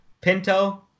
Pinto